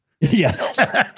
Yes